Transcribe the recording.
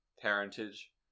parentage